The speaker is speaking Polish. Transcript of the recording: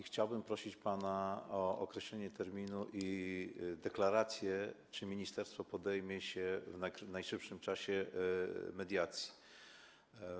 Chciałbym prosić pana o określenie terminu i deklarację, czy ministerstwo podejmie się w jak najszybszym czasie mediacji.